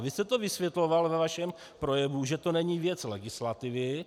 Vy jste to vysvětloval ve svém projevu, že to není věc legislativy.